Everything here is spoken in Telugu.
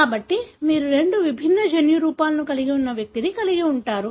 కాబట్టి మీరు రెండు విభిన్న జన్యురూపాలను కలిగి ఉన్న వ్యక్తిని కలిగి ఉంటారు